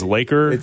Laker